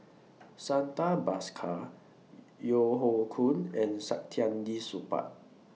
Santha Bhaskar Yeo Hoe Koon and Saktiandi Supaat